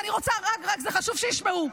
אני רוצה רק, זה חשוב שישמעו.